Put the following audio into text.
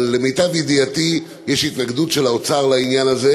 אבל למיטב ידיעתי יש התנגדות של האוצר לעניין הזה.